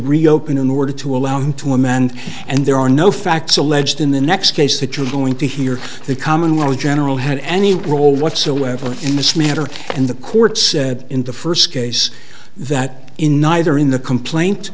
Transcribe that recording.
reopen in order to allow him to amend and there are no facts alleged in the next case that you're going to hear the commonwealth general had any role whatsoever in this matter and the court said in the first case that in neither in the complaint